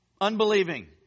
Unbelieving